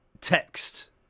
text